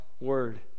Word